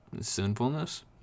sinfulness